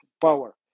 power